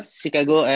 Chicago